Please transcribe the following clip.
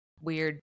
weird